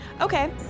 Okay